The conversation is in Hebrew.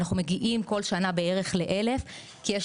אנחנו מגיעים כל שנה בערך ל-1,000 כי יש